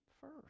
first